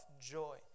joy